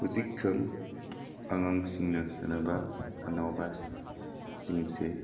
ꯍꯧꯖꯤꯛꯀꯥꯟ ꯑꯉꯥꯡꯁꯤꯡꯅ ꯁꯥꯟꯅꯕ ꯑꯅꯧꯕ ꯁꯤꯡꯁꯦ